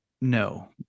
No